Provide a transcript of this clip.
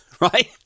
right